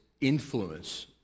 influence